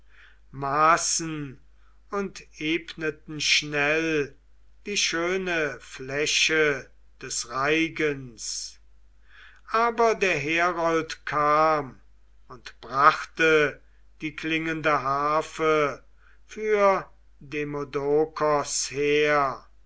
maßen und ebneten schnell die schöne fläche des reigens aber der herold kam und brachte die klingende harfe für demodokos her